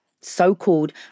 So-called